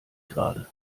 gerade